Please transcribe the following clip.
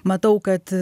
matau kad